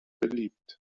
beliebt